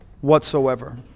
whatsoever